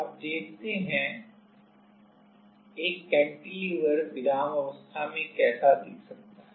अब देखते हैं एक कैंटिलीवर विरामावस्था में कैसा दिख सकता है